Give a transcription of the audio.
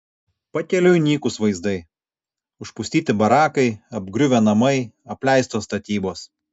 pakeliui nykūs vaizdai užpustyti barakai apgriuvę namai apleistos statybos